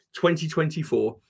2024